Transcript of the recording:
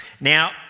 Now